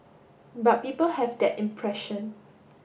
but people have that impression